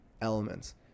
elements